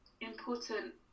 important